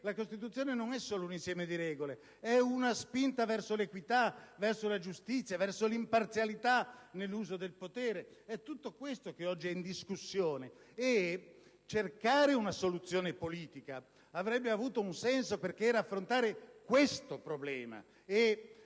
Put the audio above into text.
la Costituzione non è solo un insieme di regole, ma è anche una spinta verso l'equità, la giustizia e l'imparzialità nell'uso del potere. È tutto questo che oggi è in discussione. Cercare una soluzione politica avrebbe avuto un senso, perché significava affrontare questo problema.